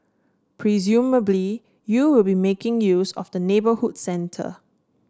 presumably you will be making use of the neighbourhoods centre